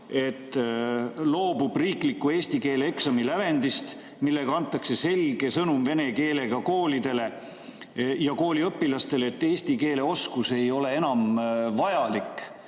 et loobutakse riikliku eesti keele eksami lävendist. Sellega antakse selge sõnum venekeelsetele koolidele ja kooliõpilastele, et eesti keele oskus ei ole enam vajalik. Kogu